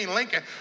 Lincoln